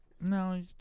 No